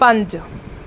ਪੰਜ